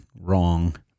wrong